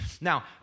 Now